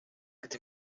gdy